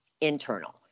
internal